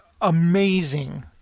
amazing